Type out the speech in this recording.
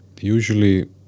usually